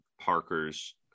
Parker's